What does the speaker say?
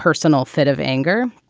personal fit of anger.